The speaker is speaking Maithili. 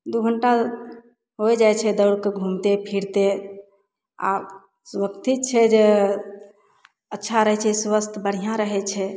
दू घण्टा होइ जाइ छै दौड़के घूमते फिरते अथी छै जे अच्छा रहय छै स्वास्थय बढ़िआँ रहय छै